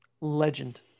Legend